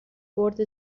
برد